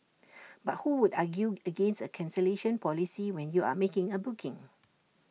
but who would argue against A cancellation policy when you are making A booking